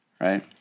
right